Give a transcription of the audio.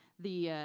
the,